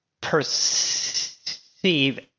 perceive